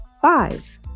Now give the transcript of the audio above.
Five